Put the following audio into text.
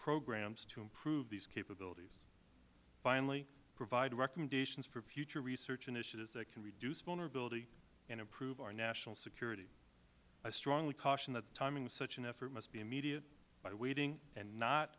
programs to improve these capabilities finally provide recommendations for future research initiatives that can reduce vulnerability and improve our national security i strongly caution that the timing of such an effort must be immediate by waiting and not